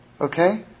Okay